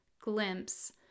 glimpse